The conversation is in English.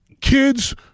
kids